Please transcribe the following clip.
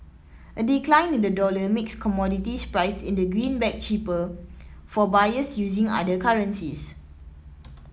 a decline in the dollar makes commodities priced in the greenback cheaper for buyers using other currencies